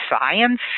science